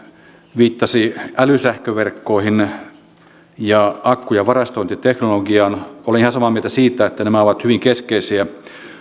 viittasi älysähköverkkoihin ja akkujen varastointiteknologiaan olen ihan samaa mieltä siitä että nämä ovat hyvin keskeisiä